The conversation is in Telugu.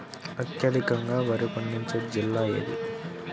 అత్యధికంగా వరి పండించే జిల్లా ఏది?